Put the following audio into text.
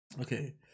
Okay